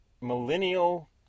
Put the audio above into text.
millennial